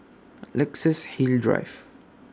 Luxus Hill Drive